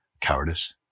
Cowardice